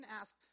ask